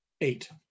Eight